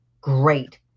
Great